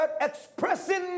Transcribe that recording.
expressing